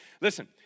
Listen